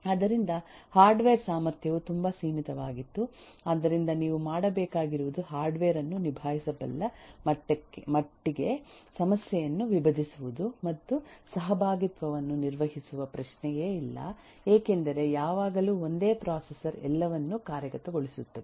ಆದ್ದರಿಂದ ಹಾರ್ಡ್ವೇರ್ ಸಾಮರ್ಥ್ಯವು ತುಂಬಾ ಸೀಮಿತವಾಗಿತ್ತು ಆದ್ದರಿಂದ ನೀವು ಮಾಡಬೇಕಾಗಿರುವುದು ಹಾರ್ಡ್ವೇರ್ ಅನ್ನು ನಿಭಾಯಿಸಬಲ್ಲ ಮಟ್ಟಿಗೆ ಸಮಸ್ಯೆಯನ್ನು ವಿಭಜಿಸುವುದು ಮತ್ತು ಸಹಭಾಗಿತ್ವವನ್ನು ನಿರ್ವಹಿಸುವ ಪ್ರಶ್ನೆಯೇ ಇಲ್ಲ ಏಕೆಂದರೆ ಯಾವಾಗಲೂ ಒಂದೇ ಪ್ರೊಸೆಸರ್ ಎಲ್ಲವನ್ನೂ ಕಾರ್ಯಗತಗೊಳಿಸುತ್ತದೆ